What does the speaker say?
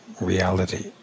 reality